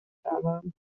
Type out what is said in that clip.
کردند